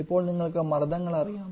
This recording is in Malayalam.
ഇപ്പോൾ നിങ്ങൾക്ക് മർദ്ദങ്ങൾ അറിയാം